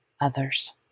others